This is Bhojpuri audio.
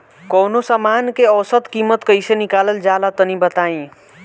कवनो समान के औसत कीमत कैसे निकालल जा ला तनी बताई?